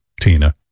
tina